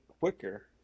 quicker